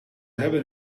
hebben